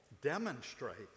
demonstrates